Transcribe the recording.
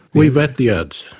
we vet the ads.